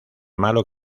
malo